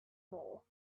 more